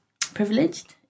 privileged